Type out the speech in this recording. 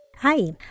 Hi